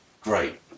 great